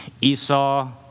Esau